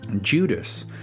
judas